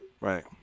Right